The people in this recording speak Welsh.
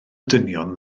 dynion